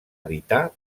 editar